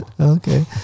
Okay